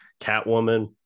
Catwoman